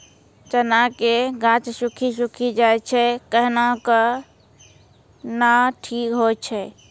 चना के गाछ सुखी सुखी जाए छै कहना को ना ठीक हो छै?